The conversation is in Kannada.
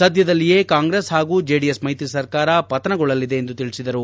ಸದ್ಯದಲ್ಲಿಯೇ ಕಾಂಗ್ರೆಸ್ ಹಾಗೂ ಜೆಡಿಎಸ್ ಮೈತ್ರಿ ಸರ್ಕಾರ ಪತನಗೊಳ್ಳಲಿದೆ ಎಂದು ತಿಳಿಸಿದರು